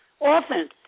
Often